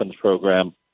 Program